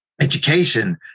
education